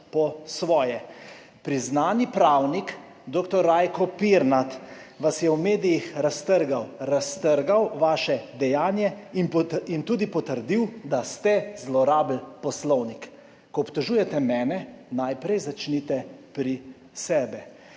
po svoje. Priznani pravnik dr. Rajko Pirnat vas je v medijih raztrgal, raztrgal vaše dejanje in tudi potrdil, da ste zlorabili poslovnik. Ko obtožujete mene, najprej začnite pri sebi.